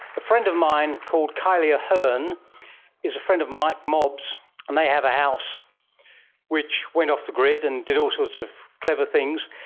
a friend of mine called kylie ahern is a friend of mike mobbs and they have a house which went off the grid and did all sorts of clever things,